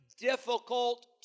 difficult